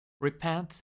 Repent